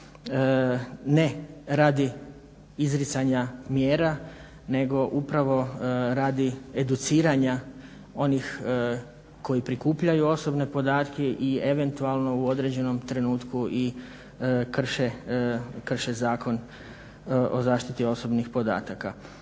ne radi izricanja mjera nego upravo radi educiranja onih koji prikupljaju osobne podatke i eventualno u određenom trenutku i krše Zakon o zaštiti osobnih podataka.